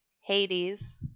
Hades